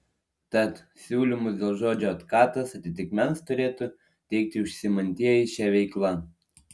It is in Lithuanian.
tad siūlymus dėl žodžio otkatas atitikmens turėtų teikti užsiimantieji šia veikla